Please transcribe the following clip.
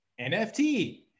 NFT